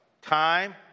Time